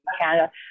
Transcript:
Canada